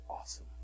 awesome